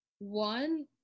one